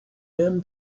them